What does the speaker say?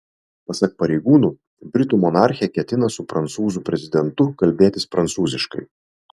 pasak pareigūnų britų monarchė ketina su prancūzų prezidentu kalbėtis prancūziškai